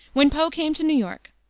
when poe came to new york,